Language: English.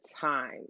time